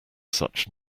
such